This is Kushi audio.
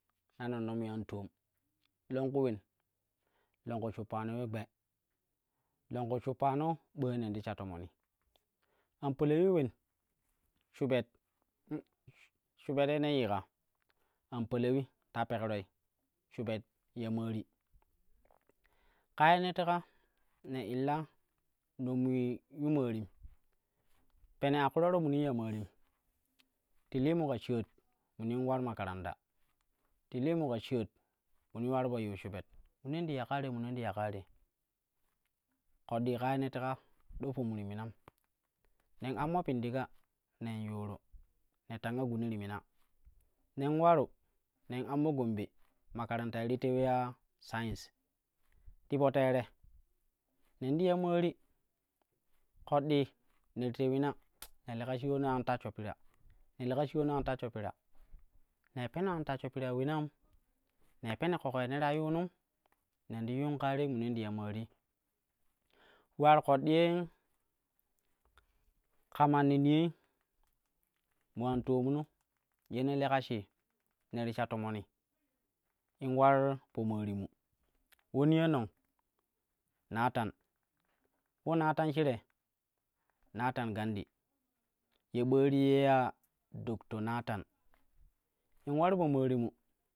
Na nonnomui an toom longku ulen longku shuppano ule gbe, longku shuppano ɓooi nen ti sha tomoni an palauui ulen, shubet, shubet ye ne yika an palauui ta pekroi shubet ya maari. Ka yi ye ne teka ne illa non mui yu maarim peru a kuraro minin ya maarim ti liirun ka shaat minim ular makardata, ti hiimu ka shaat minin ular po yiu shubet, minin ti ya kaa te, minin ti ya kaa te ƙoɗɗi ka ye ne teka a do fomu ti minam, nen ammo pindiga nen yuuru ne tanga gumi ti mina nen ularu nen ammo gombe makaranta ye ti tewi ya science ti po teere nen ti ya maari, ƙoɗɗii ne ti twei na ne leka shiwano an tashsho pira, ne leka shiwano an tashsho pira nei peno an tashsho pirai ulenam ne peno ƙoƙo ye ne ta yuunum nen ti yuun ka tei munin ti ya maari ule ular ƙoɗɗi ka manni niyoi mo an toom no yene leka shii ne ti sha tomomonii, in ular po maari mu, ulo niyo nang, nathan ulo nathan shire nathan gandi ye ɓooi ti ye ya dr. Nathan in ular po maarimu.